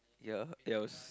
ya